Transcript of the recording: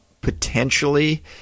potentially